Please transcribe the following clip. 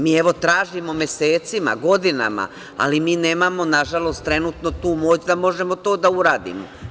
Mi, evo tražimo mesecima, godinama, ali, mi nemamo nažalost, trenutno, tu moć da možemo to da uradimo.